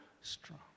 strong